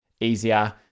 easier